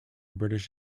british